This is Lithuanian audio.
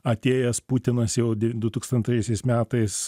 atėjęs putinas jau dutūkstantaisiais metais